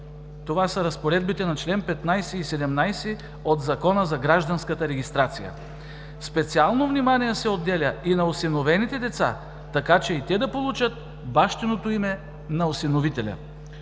това са разпоредбите на членове 15 и 17 от Закона за гражданската регистрация. Специално внимание се отделя и на осиновените деца, така че и те да получат бащиното име на осиновителя.